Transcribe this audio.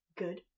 good